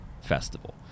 festival